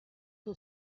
who